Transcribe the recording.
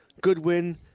Goodwin